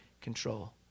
control